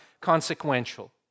consequential